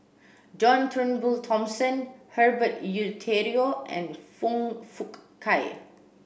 John Turnbull Thomson Herbert Eleuterio and Foong Fook Kay